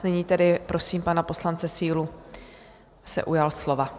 Nyní tedy prosím pana poslance Sílu, aby se ujal slova.